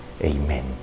Amen